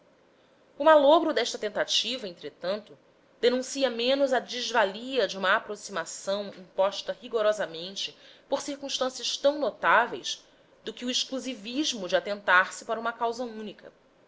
o malogro desta tentativa entretanto denuncia menos a desvalia de uma aproximação imposta rigorosamente por circunstâncias tão notáveis do que o exclusivismo de atentar se para uma causa única